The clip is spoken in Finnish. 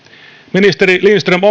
ministeri lindström